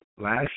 last